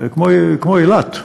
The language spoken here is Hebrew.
כמו אילת,